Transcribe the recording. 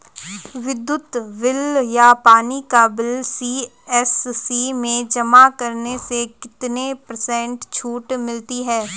विद्युत बिल या पानी का बिल सी.एस.सी में जमा करने से कितने पर्सेंट छूट मिलती है?